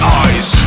eyes